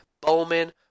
Bowman